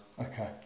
Okay